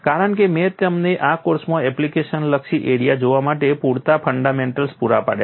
કારણ કે મેં તમને આ કોર્સમાં એપ્લિકેશન લક્ષી એરિયા જોવા માટે પૂરતા ફંડામેન્ટલ્સ પૂરા પાડ્યા છે